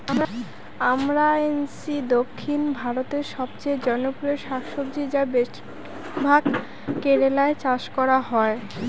আমরান্থেইসি দক্ষিণ ভারতের সবচেয়ে জনপ্রিয় শাকসবজি যা বেশিরভাগ কেরালায় চাষ করা হয়